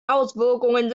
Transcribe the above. auswirkungen